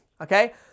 okay